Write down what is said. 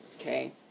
Okay